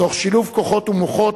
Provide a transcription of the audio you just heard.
תוך שילוב כוחות ומוחות,